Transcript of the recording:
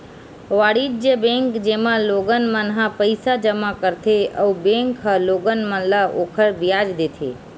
वाणिज्य बेंक, जेमा लोगन मन ह पईसा जमा करथे अउ बेंक ह लोगन मन ल ओखर बियाज देथे